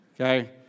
Okay